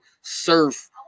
Surf